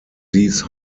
these